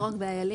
לא רק באיילים.